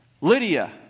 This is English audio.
Lydia